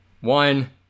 One